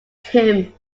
him